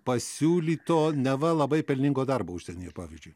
pasiūlyto neva labai pelningo darbo užsienyje pavyzdžiui